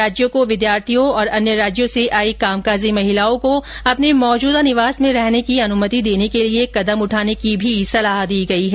राज्यों को विद्यार्थियों और अन्य राज्यों से आई कामकाजी महिलाओं को अपने मौजूदा निवास में रहने की अनुमति देने के लिए कदम उठाने की सलाह भी दी गई है